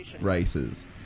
races